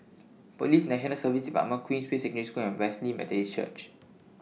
Police National Service department Queensway Secondary School and Wesley Methodist Church